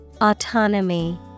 Autonomy